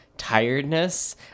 Tiredness